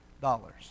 dollars